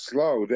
Slow